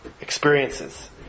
experiences